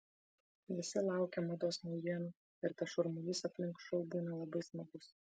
visi laukia mados naujienų ir tas šurmulys aplink šou būna labai smagus